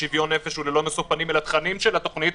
בשוויון נפש וללא משוא פנים אל התכנים של התכנית,